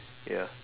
ya